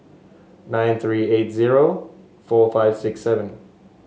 nine three eight zero four five six seven